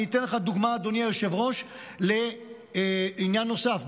אני אתן לך דוגמה, אדוני היושב-ראש, לעניין נוסף.